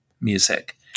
music